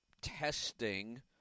testing